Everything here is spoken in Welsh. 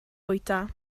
bwyta